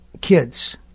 kids